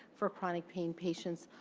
for chronic pain patients.